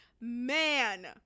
man